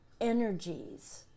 energies